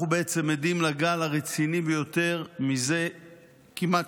אנחנו עדים לגל הרציני ביותר זה כמעט